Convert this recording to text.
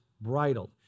bridled